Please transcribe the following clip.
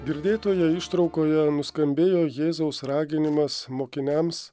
girdėtoje ištraukoje nuskambėjo jėzaus raginimas mokiniams